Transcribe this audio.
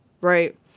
right